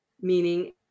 meaning